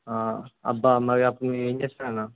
అబ్బా మారి అప్పుడు మీరు ఏం చేస్తారన్నా